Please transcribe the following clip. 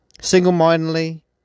Single-mindedly